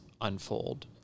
unfold